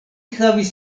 havis